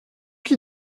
qui